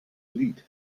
lied